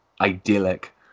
idyllic